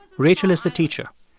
rachel is the teacher,